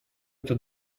это